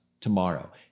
tomorrow